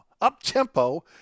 up-tempo